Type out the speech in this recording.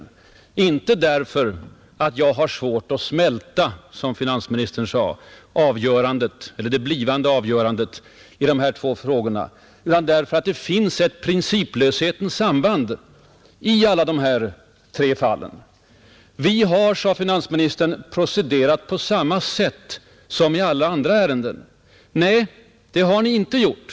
Och jag gjorde det inte därför att jag har svårt att smälta — som finansministern sade — avgörandet i sistnämnda två frågor utan därför att det finns ett principlöshetens samband i alla dessa tre fall. Vi har procederat på samma sätt som i alla andra ärenden, sade finansministern. Nej, det har ni inte gjort.